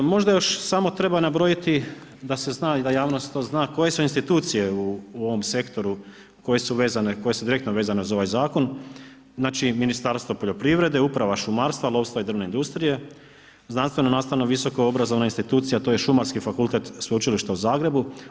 Možda još samo treba nabrojiti da se zna i da javnost to zna, koje su institucije u ovom sektoru, koje su vezane, koje su direktno vezane uz ovaj zakon, znači Ministarstvo poljoprivrede, uprava šumarstva, lovstva i drvne industrije, znanstveno, nastavno, visokoobrazovna institucija, a to je Šumarski fakultet sveučilišta u Zagrebu.